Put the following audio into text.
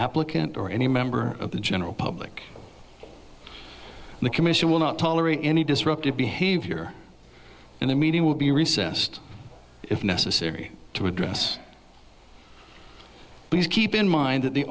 applicant or any member of the general public the commission will not tolerate any disruptive behavior and the media will be recessed if necessary to address because keep in mind that the